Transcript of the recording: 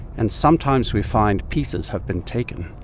and sometimes we find pieces have been taken,